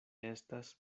estas